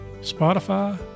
Spotify